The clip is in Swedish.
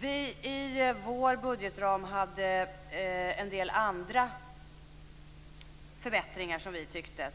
Vi hade i vår budgetram en del andra förbättringar: